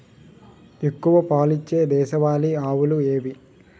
ఎక్కువ పాలు ఇచ్చే దేశవాళీ ఆవులు ఏవి?